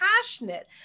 passionate